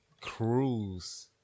Cruise